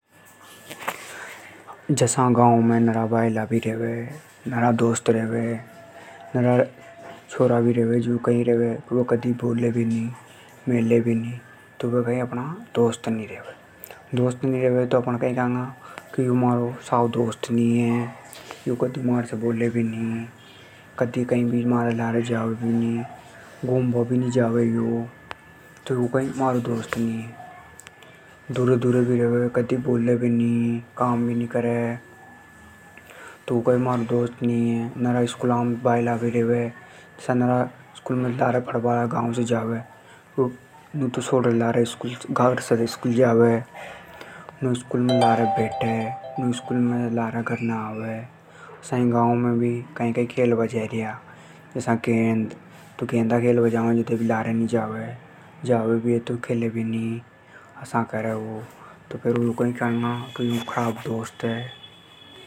जसा गांव में नरा भायला भी रेवे। नरा दोस्त रेवे, नरा छोरा भी रेवे जो कदी कई बोले भी नी। तो वे अपना दोस्त नी रेवे। दोस्त नी रेवे तो अपण कई केंगा के यो म्हारो साव दोस्त नी है। यो कदी मेसे बोले भी नी। म्हारे लार जावे भी नी। तो ऊ म्हारो दोस्त नी है। दूरे दूरे भी रेवे। महार से बोले भी नी। काम भी नी करे। नरा स्कूल में भायला भी रेवे तो नरा लारे पढ़बा भी जावे। नरा स्कूल में लार बैठे। लार घर ने आवे। गांव में भी खेलबा जार्या। जसा गेंद खेलबा भी जावे जे लार नी जावे। जावे भी है तो खेले नी। असा करे तो फेर कई कंगा खराब दोस्त हैं यो।